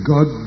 God